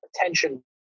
attention